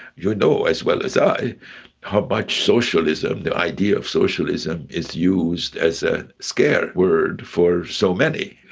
you know as well as i how much socialism, the idea of socialism is used as a scare word for so many.